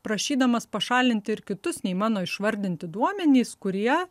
prašydamas pašalinti ir kitus nei mano išvardinti duomenys kurie